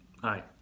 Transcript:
Hi